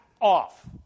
off